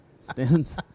stands